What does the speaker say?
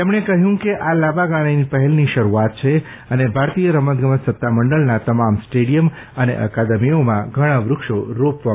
તેઓએ કહ્યું કે આ લાંબા ગાળાની પહેલની શરુઆત છે અને ભારતીય રમત ગમત સત્તામંડળના તમામ સ્ટેડિયમ અને અકાદમીઓમાં ઘણા વક્ષો રોપવામાં આવશે